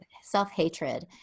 self-hatred